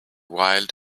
wild